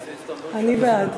אני בעד.